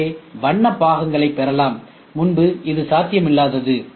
எனவே வண்ண பாகங்கள் பெறலாம் முன்பு இது சாத்தியமில்லாதது